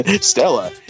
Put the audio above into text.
Stella